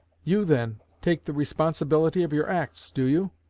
you, then, take the responsibility of your acts, do you